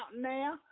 now